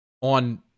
on